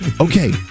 Okay